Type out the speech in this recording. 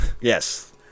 Yes